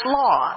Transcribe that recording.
law